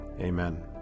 Amen